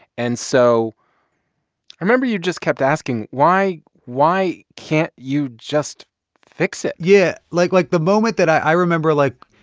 and so i remember you just kept asking, why why can't you just fix it? yeah. like like, the moment that i remember like,